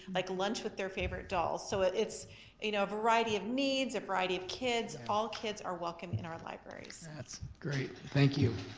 like lunch with their favorite dolls. so it's a you know variety of needs, a variety of kids, all kids are welcome in our libraries. that's great, thank you.